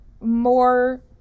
more